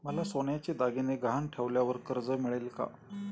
मला सोन्याचे दागिने गहाण ठेवल्यावर कर्ज मिळेल का?